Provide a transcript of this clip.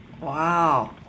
Wow